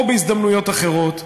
או בהזדמנויות אחרות,